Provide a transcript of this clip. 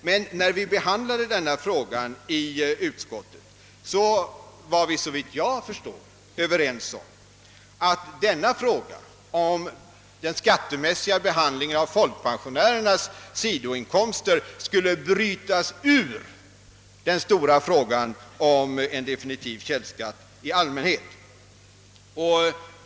Men när vi behandlade denna fråga i utskottet var vi, såvitt jag förstår, överens om att frågan om den skattemässiga behandlingen av folkpensionärernas sidoinkomster skulle brytas ut ur den stora frågan om en definitiv källskatt.